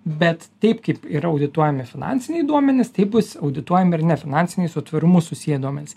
bet taip kaip yra audituojami finansiniai duomenys taip bus audituojami ir nefinansiniai su tvarumu susiję duomenys